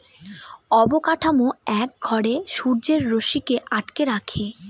অবকাঠামো এক ঘরে সূর্যের রশ্মিকে আটকে রাখে